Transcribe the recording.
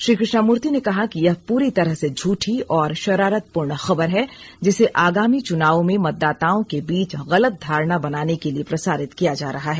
श्री कृष्णामूर्ति ने कहा कि यह पूरी तरह से झूठी और शरारतपूर्ण खबर है जिसे आगामी चुनावों में मतदाताओं के बीच गलत धारणा बनाने के लिए प्रसारित किया जा रहा है